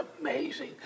amazing